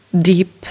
deep